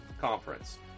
conference